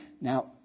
Now